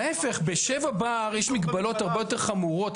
להיפך, ב-7 בר יש מגבלות הרבה יותר חמורות.